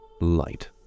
light